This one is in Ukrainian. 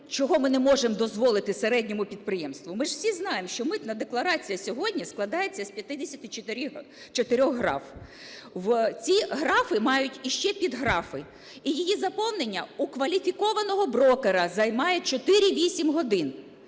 чого ми не можемо дозволити середньому підприємству? Ми ж всі знаємо, що митна декларація сьогодні складається з 54 граф, ці графи мають іще підграфи і її заповнення у кваліфікованого брокера займає 4-8 годин.